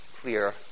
clear